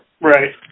right